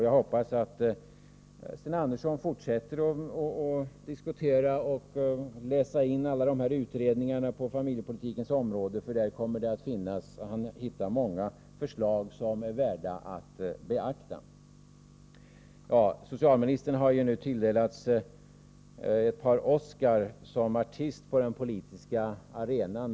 Jag hoppas att Sten Andersson fortsätter att diskutera och läsa in alla utredningar på familjepolitikens område, för då kommer han att hitta många förslag som är värda att beakta. Socialministern har nu tilldelats ett par Oscar som artist på den politiska arenan.